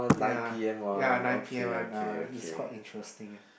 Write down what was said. ya ya nine P_M one uh it's quite interesting